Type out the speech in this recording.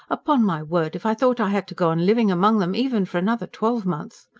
upon my word, if i thought i had to go on living among them even for another twelvemonth.